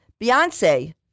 Beyonce